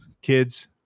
Kids